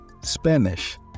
Spanish